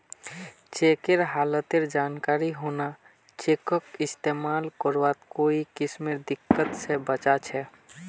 चेकेर हालतेर जानकारी होना चेकक इस्तेमाल करवात कोई किस्मेर दिक्कत से बचा छे